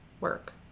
work